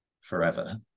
forever